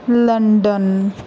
London